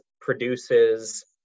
produces